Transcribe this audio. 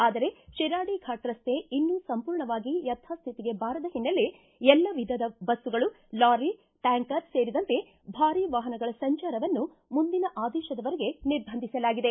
ಆದರೆ ಶಿರಾಡಿ ಫಾಟಿ ರಸ್ತೆ ಇನ್ನೂ ಸಂಪೂರ್ಣವಾಗಿ ಯಥಾಸ್ವಿತಿಗೆ ಬಾರದ ಹಿನ್ನೆಲೆ ಎಲ್ಲಾ ವಿಧದ ಬಸ್ಲುಗಳು ಲಾರಿ ಟ್ಯಾಂಕರ್ ಸೇರಿದಂತೆ ಭಾರೀ ವಾಹನಗಳ ಸಂಚಾರವನ್ನು ಮುಂದಿನ ಆದೇಶದವರೆಗೆ ನಿರ್ಬಂಧಿಸಲಾಗಿದೆ